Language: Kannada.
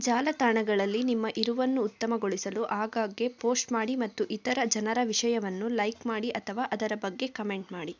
ಜಾಲತಾಣಗಳಲ್ಲಿ ನಿಮ್ಮ ಇರುವನ್ನು ಉತ್ತಮಗೊಳಿಸಲು ಆಗಾಗ್ಗೆ ಪೋಶ್ಟ್ ಮಾಡಿ ಮತ್ತು ಇತರ ಜನರ ವಿಷಯವನ್ನು ಲೈಕ್ ಮಾಡಿ ಅಥವಾ ಅದರ ಬಗ್ಗೆ ಕಮೆಂಟ್ ಮಾಡಿ